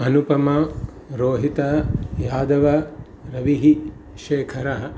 अनुपमा रोहितः यादवः रविः शेखरः